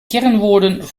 kernwoorden